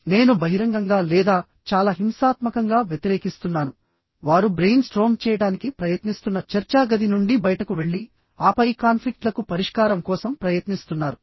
నేను బహిరంగంగా లేదా చాలా హింసాత్మకంగా వ్యతిరేకిస్తున్నాను వారు బ్రెయిన్ స్ట్రోమ్ చేయడానికి ప్రయత్నిస్తున్న చర్చా గది నుండి బయటకు వెళ్లి ఆపై కాన్ఫ్లిక్ట్ లకు పరిష్కారం కోసం ప్రయత్నిస్తున్నారు